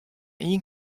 ien